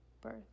birth